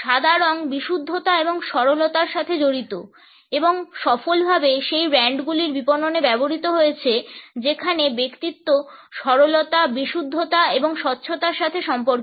সাদা রঙ বিশুদ্ধতা এবং সরলতার সাথে জড়িত এবং সফলভাবে সেই ব্র্যান্ডগুলির বিপণনে ব্যবহৃত হয়েছে যেখানে ব্যক্তিত্ব সরলতা বিশুদ্ধতা এবং স্বচ্ছতার সাথে সম্পর্কিত